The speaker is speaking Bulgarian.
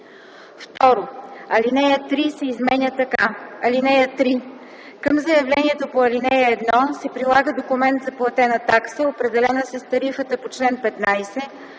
45. 2. Алинея 3 се изменя така: „(3) Към заявлението по ал. 1 се прилага документ за платена такса, определена с тарифата по чл. 15,